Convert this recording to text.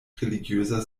religiöser